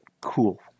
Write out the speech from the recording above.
Cool